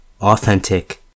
authentic